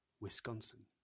Wisconsin